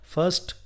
First